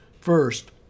First